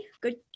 good